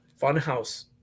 Funhouse